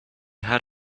had